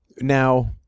Now